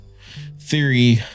theory